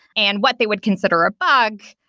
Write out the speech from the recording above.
and what they would consider a bug,